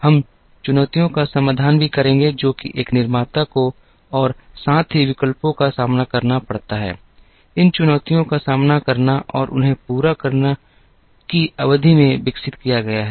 हम चुनौतियों का समाधान भी करेंगे जो की एक निर्माता को और साथ ही विकल्पों का सामना करना पड़ता है इन चुनौतियों का सामना करना और उन्हें पूरा करना की अवधि में विकसित किया गया है